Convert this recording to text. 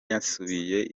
yasubiye